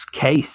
case